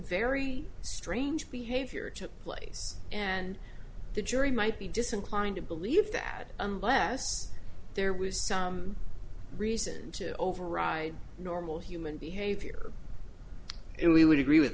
very strange behavior took place and the jury might be disinclined to believe that unless there was some reason to override normal human behavior and we would agree with